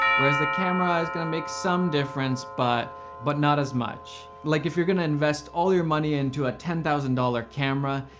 whereas the camera is gonna make some difference, but but not as much. like if you're gonna invest all your money into a ten thousand dollars camera,